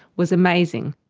was amazing.